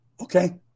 Okay